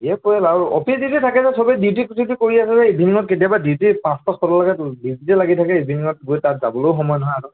ধেৰ পৰিয়াল আৰু অফিছ ডিউটি থাকে যে সবেই ডিউটি চিউটি কৰি আছে যে ইভিণিঙত কেতিয়াবা ডিউটি পাঁচটা ছটালৈকে ডিউটিতে লাগি থাকে ইভিণিঙত গৈ তাত যাবলৈও সময় নহয় আৰু